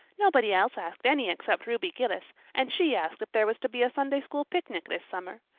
nobody else asked any except ruby gillis, and she asked if there was to be a sunday-school picnic this summer.